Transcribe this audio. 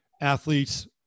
athletes